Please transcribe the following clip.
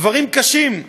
דברים קשים.